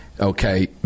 Okay